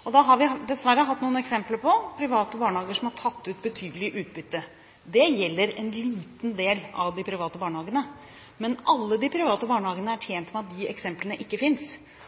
Vi har dessverre hatt noen eksempler på private barnehager som har tatt ut betydelig utbytte. Det gjelder en liten del av de private barnehagene, men alle de private barnehagene er tjent med at de eksemplene ikke